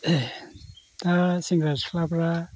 दा सेंग्रा सिख्लाफोरा